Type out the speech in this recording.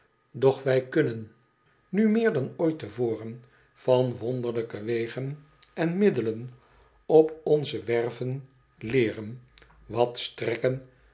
doch wij kunnen nu meer dan ooit te voren van de wonderlijke wegen en middelen op onze werven leeren wat strekken